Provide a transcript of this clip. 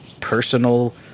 personal